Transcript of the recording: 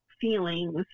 feelings